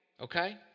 Okay